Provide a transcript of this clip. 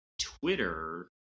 Twitter